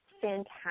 fantastic